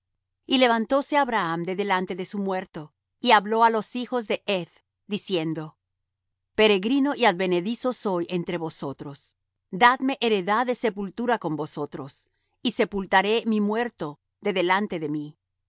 y levantóse abraham de delante de su muerto y habló á los hijos de heth diciendo peregrino y advenedizo soy entre vosotros dadme heredad de sepultura con vosotros y sepultaré mi muerto de delante de mí